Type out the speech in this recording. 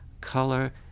color